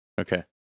Okay